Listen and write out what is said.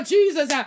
Jesus